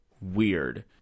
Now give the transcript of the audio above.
weird